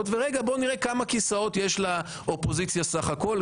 ונראה כמה כיסאות יש לאופוזיציה סך הכול.